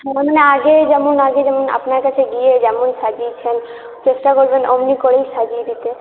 সেরকম হলে আগেই যাব আগে যেমন আপনার কাছে গিয়ে যেমন সাজিয়েছেন চেষ্টা করবেন অমনি করেই সাজিয়ে দিতে